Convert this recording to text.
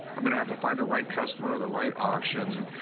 i'm going to have to find the right customer, the right auction.